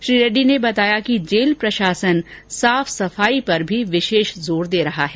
श्री रेड्डी ने बताया कि जेल प्रशासन साफ सफाई पर भी विशेष जोर दे रहा है